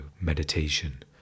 meditation